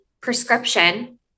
prescription